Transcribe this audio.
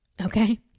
Okay